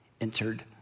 entered